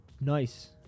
nice